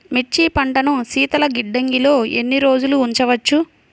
మిర్చి పంటను శీతల గిడ్డంగిలో ఎన్ని రోజులు ఉంచవచ్చు?